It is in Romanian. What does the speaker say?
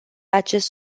acest